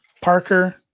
Parker